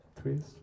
Twist